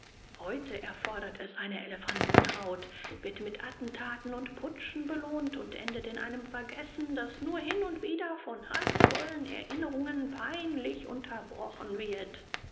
heute erfordert es eine elefantenhaut wird mit attentaten und putschen belohnt und endet in einem vergessen das nur hin und wieder von haßvollen erinnerungen peinlich unterbrochen wird